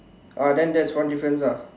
uh then that's one difference ah